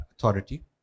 authority